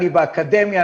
אני באקדמיה,